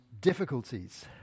difficulties